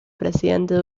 presidente